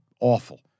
awful